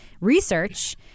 research